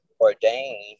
ordain